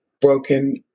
Broken